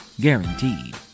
Guaranteed